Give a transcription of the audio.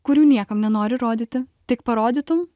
kurių niekam nenori rodyti tik parodytum